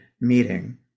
Meeting